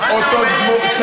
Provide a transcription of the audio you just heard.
אותות גבורה,